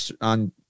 on